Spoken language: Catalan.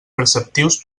preceptius